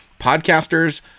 Podcasters